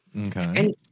Okay